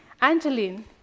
Angeline